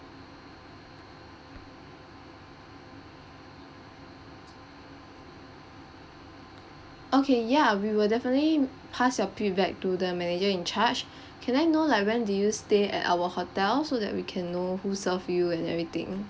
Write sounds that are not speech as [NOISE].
okay ya we will definitely pass your feedback to the manager in charge [BREATH] can I know like when did you stay at our hotel so that we can know who served you and everything